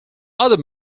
other